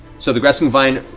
so the grasping vine